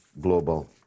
global